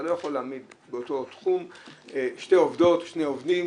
אתה לא יכול להעמיד באותו תחום שתי עובדות או שני עובדים,